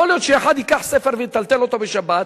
יכול להיות שאחד ייקח ספר ויטלטל אותו בשבת,